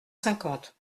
cinquante